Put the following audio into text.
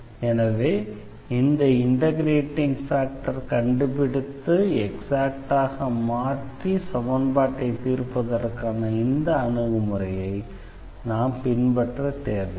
எனவே இந்த இண்டெக்ரேட்டிங் ஃபேக்டரை கண்டுபிடித்து எக்ஸாக்ட்டாக மாற்றி சமன்பாட்டைத் தீர்ப்பதற்கான இந்த அணுகுமுறையை நாம் பின்பற்றத்தேவையில்லை